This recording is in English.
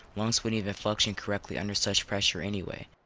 lungs wouldn't even function correctly under such pressure anyway.